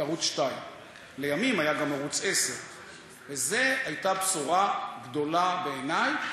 את ערוץ 2. לימים היה גם ערוץ 10. זו הייתה בשורה גדולה בעיני,